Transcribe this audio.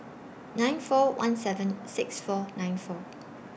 nine four one seven six four nine four